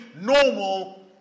normal